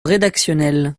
rédactionnels